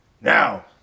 Now